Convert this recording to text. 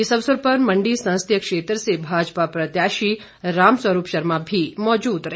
इस अवसर पर मंडी संसदीय क्षेत्र से भाजपा प्रत्याशी रामस्वरूप शर्मा भी मौजूद रहे